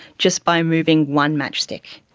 just by moving one matchstick.